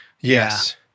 Yes